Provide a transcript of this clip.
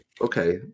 okay